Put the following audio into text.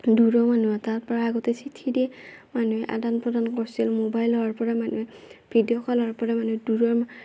দূৰৰ মানুহ এটাৰ পৰা আগতে চিঠি দি মানুহে আদান প্ৰদান কৰছিল ম'বাইল হোৱাৰ পৰা মানুহে ভিডিঅ' ক'ল হোৱাৰ পৰা মানুহে দূৰৰ